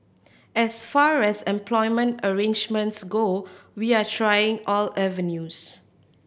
as far as employment arrangements go we are trying all avenues